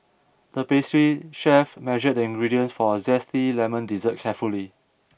the pastry chef measured the ingredients for a Zesty Lemon Dessert carefully